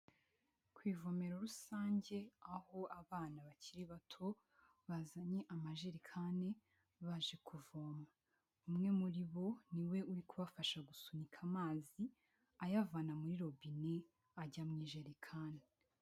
Ku ivomero rusange aho abana bakiri bato bazanye amajerekani baje kuvoma, umwe muri bo niwe uri kubafasha gusunika amazi, ayavana muri robine ajya mu ijerikani.